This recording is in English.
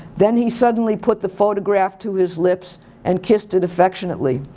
then he suddenly put the photograph to his lips and kissed it affectionately.